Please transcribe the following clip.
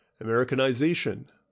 Americanization